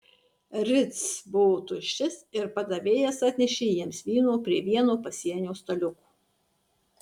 ritz buvo tuščias ir padavėjas atnešė jiems vyno prie vieno pasienio staliuko